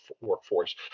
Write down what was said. workforce